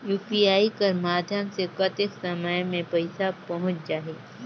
UPI कर माध्यम से कतेक समय मे पइसा पहुंच जाहि?